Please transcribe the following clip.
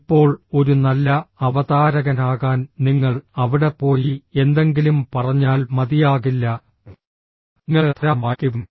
ഇപ്പോൾ ഒരു നല്ല അവതാരകനാകാൻ നിങ്ങൾ അവിടെ പോയി എന്തെങ്കിലും പറഞ്ഞാൽ മതിയാകില്ല നിങ്ങൾക്ക് ധാരാളം വായിക്കേണ്ടി വരും